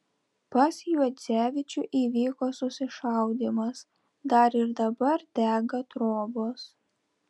pas juodzevičių įvyko susišaudymas dar ir dabar dega trobos